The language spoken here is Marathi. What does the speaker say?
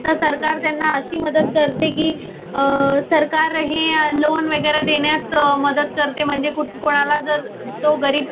तर सरकार त्यांना अशी मदत करते की सरकार हे लोन वगैरे देण्यात मदत करते म्हणजे कुठं कोणाला जर तो गरीब